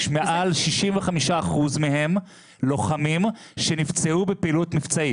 מעל 65% מהם לוחמים שנפצעו בפעילות מבצעית,